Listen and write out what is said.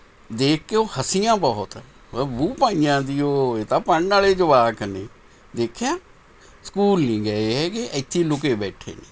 ਦੇਖ ਕੇ ਉਹ ਹੱਸੀਆਂ ਬਹੁਤ ਭਾਈਆਂ ਦੀ ਉਹ ਇਹ ਤਾਂ ਪੜ੍ਹਨ ਵਾਲੇ ਜਵਾਕ ਨੇ ਦੇਖਿਆ ਸਕੂਲ ਨਹੀਂ ਗਏ ਹੈ ਇੱਥੇ ਲੁਕੇ ਬੈਠੇ ਨੇ